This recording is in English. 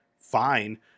fine